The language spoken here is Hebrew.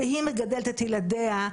והיא מגדלת את ילדיה,